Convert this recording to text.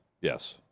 yes